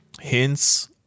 hints